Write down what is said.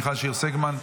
מיכל שיר סגמן,